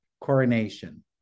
coronation